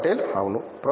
భక్తి పటేల్ అవును